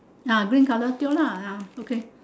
ah green colour tio lah ah okay